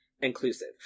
inclusive